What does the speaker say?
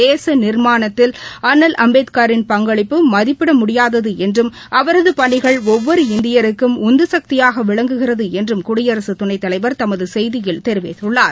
தேச நிர்மாணத்தில் அண்ணல் அம்பேத்கரின் பங்களிப்பு மதிப்பிட முடியாது என்றும் அவரது பணிகள் ஒவ்வொரு இந்தியருக்கும் உந்துசக்தியாக விளங்குகிறது என்றும் குடியரசு துணைத் தலைவர் தமது செய்தியில் தெரிவித்துள்ளார்